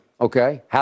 Okay